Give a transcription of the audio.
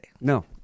No